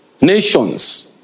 Nations